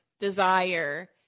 desire